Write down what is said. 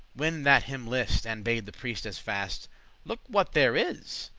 when that him list, and bade the priest as fast look what there is